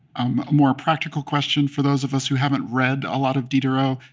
um a more practical question for those of us who haven't read a lot of diderot,